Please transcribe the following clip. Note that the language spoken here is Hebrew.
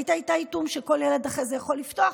ראית את האיטום, שכל ילד אחרי זה יכול לפתוח?